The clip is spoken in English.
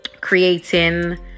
creating